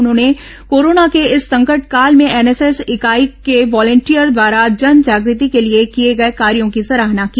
उन्होंने कोरोना के इस संकट काल में एनएसएस इकाई के वॉलिंटियर द्वारा जन जागृति के लिए किए गए कार्यों की सराहना की